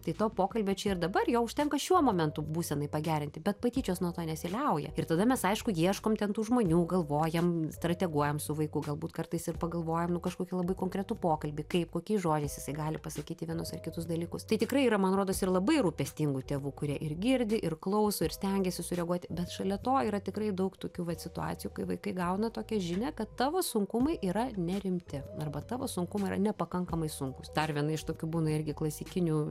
tai to pokalbio čia ir dabar jo užtenka šiuo momentu būsenai pagerinti bet patyčios nuo to nesiliauja ir tada mes aišku ieškom ten tų žmonių galvojam strateguojam su vaiku galbūt kartais ir pagalvojam nu kažkokį labai konkretų pokalbį kaip kokiais žodžiais jisai gali pasakyti vienus ar kitus dalykus tai tikrai yra man rodos ir labai rūpestingų tėvų kurie ir girdi ir klauso ir stengiasi sureaguoti bet šalia to yra tikrai daug tokių vat situacijų kai vaikai gauna tokią žinią kad tavo sunkumai yra nerimti arba tavo sunkumai yra nepakankamai sunkūs dar viena iš tokių būna irgi klasikinių